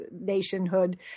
Nationhood